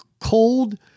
cold